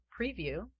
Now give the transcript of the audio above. preview